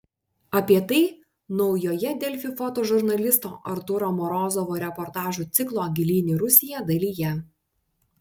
apie tai naujoje delfi fotožurnalisto artūro morozovo reportažų ciklo gilyn į rusiją dalyje